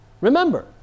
Remember